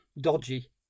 dodgy